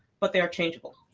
but they are changeable.